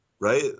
Right